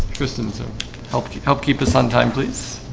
kristen's um help you help keep us on time, please